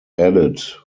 added